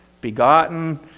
begotten